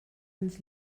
ens